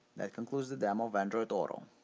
that concludes the demo of android auto.